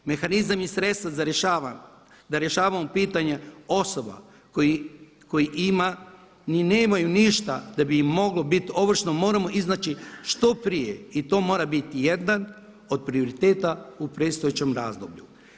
Mehanizam i sredstva da rješavamo pitanje osoba koji nemaju ništa da bi im moglo biti ovršno moramo iznaći što prije i to mora biti jedan od prioriteta u predstojećem razdoblju.